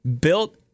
Built